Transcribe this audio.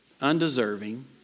undeserving